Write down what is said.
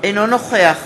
אינו נוכח